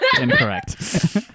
incorrect